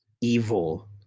evil